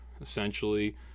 essentially